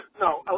no